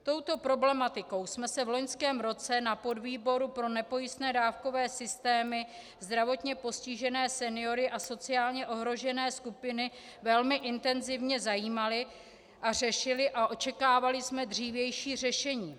Touto problematikou jsme se v loňském roce na podvýboru pro nepojistné dávkové systémy, zdravotně postižené, seniory a sociálně ohrožené skupiny velmi intenzivně zajímali a řešili a očekávali jsme dřívější řešení.